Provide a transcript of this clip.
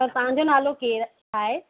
पर तव्हांजो नालो केरु आहे